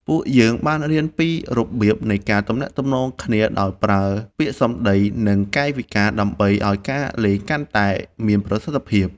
ពួកយើងបានរៀនពីរបៀបនៃការទំនាក់ទំនងគ្នាដោយប្រើពាក្យសម្តី និង កាយវិការដើម្បីឱ្យការលេងកាន់តែមានប្រសិទ្ធភាពខ្ពស់។